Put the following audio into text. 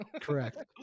Correct